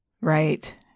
right